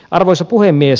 arvoisa puhemies